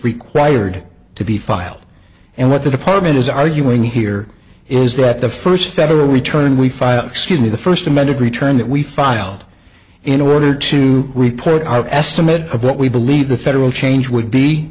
required to be filed and what the department is arguing here is that the first federal return we file excuse me the first amended return that we filed in order to report our estimate of what we believe the federal change would be